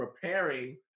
preparing